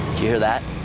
hear that?